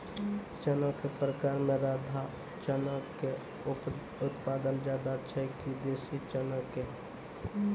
चना के प्रकार मे राधा चना के उत्पादन ज्यादा छै कि देसी चना के?